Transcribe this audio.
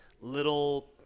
little